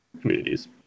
communities